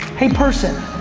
hey, person.